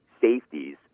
safeties